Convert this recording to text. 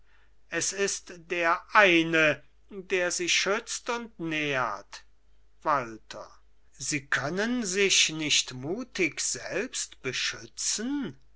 es ist der eine der sie schützt und nährt walther sie können sich nicht mutig selbst beschützen